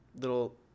little